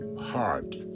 heart